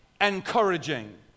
encouraging